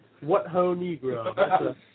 what-ho-negro